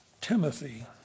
Timothy